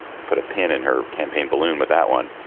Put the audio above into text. put a pin in her campaign balloon with that one.